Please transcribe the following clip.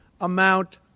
amount